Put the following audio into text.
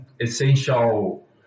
essential